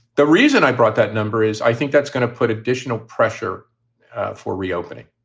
the reason i brought that number is i think that's going to put additional pressure for reopening.